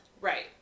right